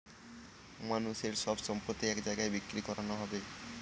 মানুষের সব সম্পত্তি এক জায়গায় বিক্রি করানো হবে